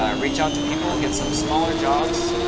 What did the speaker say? ah reach out to people. get some smaller jobs.